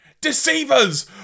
Deceivers